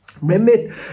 remember